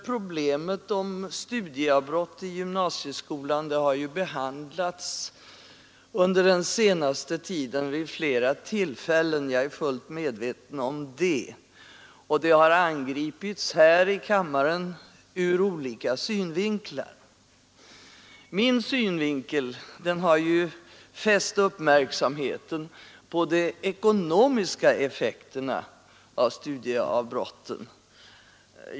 Problemet med studieavbrott i gymnasieskolan har under den senaste tiden behandlats vid flera tillfällen — jag är fullt medveten om det — och det har angripits här i kammaren ur olika synvinklar. Min synvinkel har fäst uppmärksamheten på de ekonomiska effekterna av studieavbrotten.